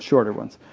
shorter ones.